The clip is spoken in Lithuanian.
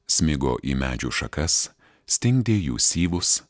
smigo į medžių šakas stingdė jų syvus